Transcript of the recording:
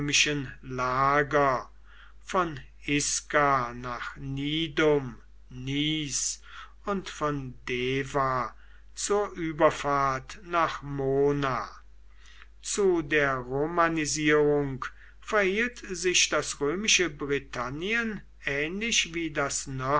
lager von isca nach nidum neath und von deva zur überfahrt nach mona zu der romanisierung verhielt sich das römische britannien ähnlich wie das